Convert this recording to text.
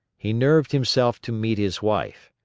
he nerved himself to meet his wife.